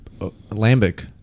lambic